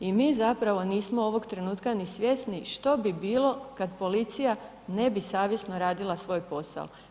I mi zapravo nismo ovoga trenutka niti svjesni što bi bilo kada policija ne bi savjesno radila svog posao?